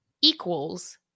equals